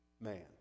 man